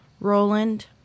Roland